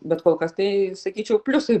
bet kol kas tai sakyčiau pliusai